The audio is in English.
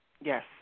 Yes